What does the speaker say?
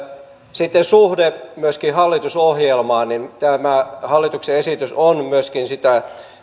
sitten suhde hallitusohjelmaan tämä hallituksen esitys on myöskin sitä